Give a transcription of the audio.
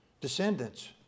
descendants